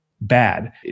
bad